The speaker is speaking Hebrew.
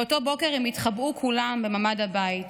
באותו בוקר הם התחבאו כולם בממ"ד הבית.